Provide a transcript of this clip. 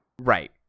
Right